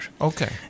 Okay